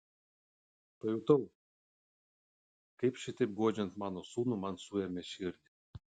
pajutau kaip šitaip guodžiant savo sūnų man suėmė širdį